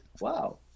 wow